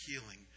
healing